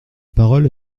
parole